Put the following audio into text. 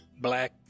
black